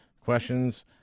questions